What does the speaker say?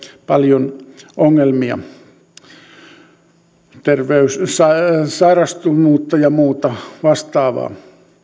paljon ongelmia sairastuvuutta ja muuta vastaavaa